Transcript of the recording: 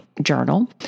journal